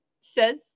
says